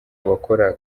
bakora